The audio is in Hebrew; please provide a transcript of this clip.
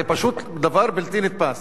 זה פשוט דבר בלתי נתפס.